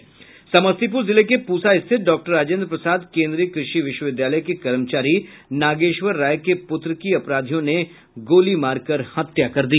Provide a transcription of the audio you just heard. समस्तीपुर जिले के पूसा स्थित डॉ राजेन्द्र प्रसाद केन्द्रीय कृषि विश्वविद्यालय के कर्मचारी नागेश्वर राय के पुत्र की अपराधियों ने गोली मारकर हत्या कर दी